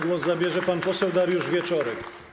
Głos zabierze pan poseł Dariusz Wieczorek.